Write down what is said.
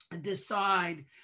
decide